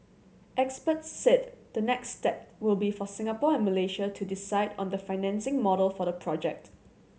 experts said the next step will be for Singapore and Malaysia to decide on the financing model for the project